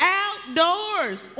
outdoors